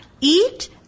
Eat